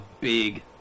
big